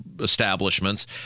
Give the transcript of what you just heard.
establishments